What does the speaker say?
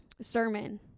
sermon